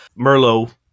Merlo